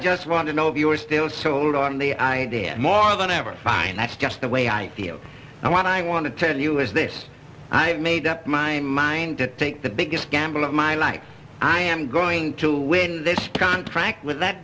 just want to know if you are still sold on the idea more than ever find that's just the way i feel i want i want to tell you is this i've made up my mind to take the biggest gamble of my life i am going to win this contract with that